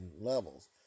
levels